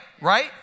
Right